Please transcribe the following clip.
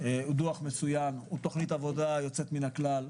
הוא תוכנית פעולה יוצאת מהכלל.